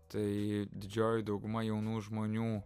tai didžioji dauguma jaunų žmonių